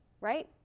right